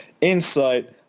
insight